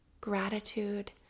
gratitude